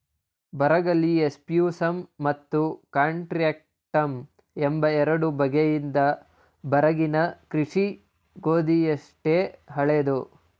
ಬರಗಲ್ಲಿ ಎಫ್ಯೂಸಮ್ ಮತ್ತು ಕಾಂಟ್ರಾಕ್ಟಮ್ ಎಂಬ ಎರಡು ಬಗೆಯಿದೆ ಬರಗಿನ ಕೃಷಿ ಗೋಧಿಯಷ್ಟೇ ಹಳೇದು